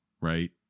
right